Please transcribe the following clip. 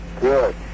Good